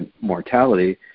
mortality